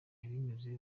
binyuze